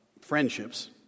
friendships